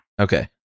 Okay